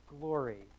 glory